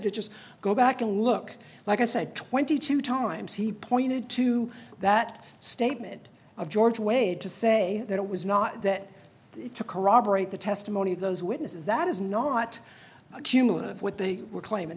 to just go back and look like i said twenty two times he pointed to that statement of george weighed to say that it was not that to corroborate the testimony of those witnesses that is not a cumulative of what they were claiming